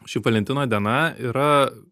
šiaip valentino diena yra